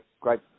great